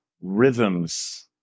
rhythms